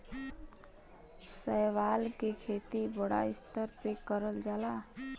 शैवाल के खेती बड़ा स्तर पे करल जाला